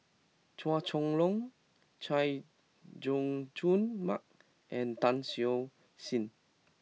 Chua Chong Long Chay Jung Jun Mark and Tan Siew Sin